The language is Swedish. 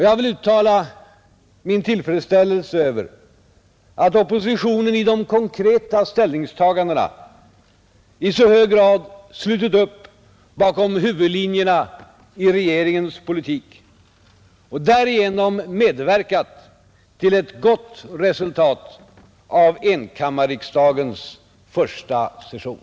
Jag vill uttala min tillfredsställelse över att oppositionen i de konkreta ställningstagandena i så hög grad har slutit upp bakom huvudlinjerna i regeringens politik och därigenom medverkat till ett gott resultat av enkammarriksdagens första session.